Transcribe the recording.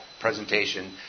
presentation